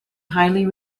highly